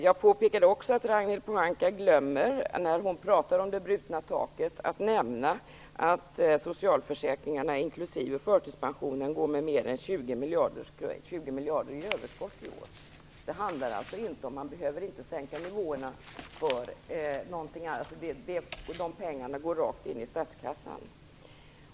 Jag påpekade också att Ragnhild Pohanka glömmer, när hon talar om det brutna taket, att nämna att socialförsäkringarna inklusive förtidspensionen går med mer än 20 miljarder i överskott i år. Man behöver alltså inte sänka nivåerna. De pengarna går rakt in i statskassan.